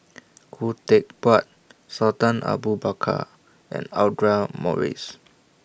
Khoo Teck Puat Sultan Abu Bakar and Audra Morrice